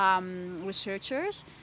researchers